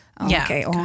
Okay